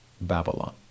Babylon